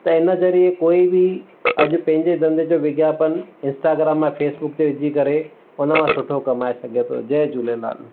त हिन ज़रिए कोई बि अॼु पंहिंजे धंधे जो विज्ञापन इंस्टाग्राम ऐं फ़ेसबुक ते विजी करे हुन मां सुठो कमाए सघे थो जय झूलेलाल